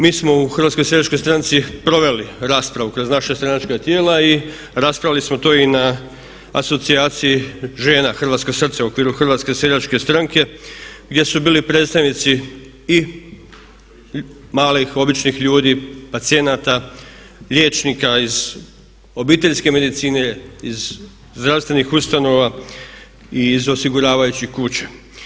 Mi smo u HSS-u proveli raspravu kroz naša stranačka tijela i raspravili smo to i na asocijaciji žena Hrvatsko srce u okviru Hrvatske seljačke stranke, gdje su bili predstavnici i malih, običnih ljudi, pacijenata, liječnika iz obiteljske medicine, iz zdravstvenih ustanova i iz osiguravajućih kuća.